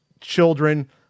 children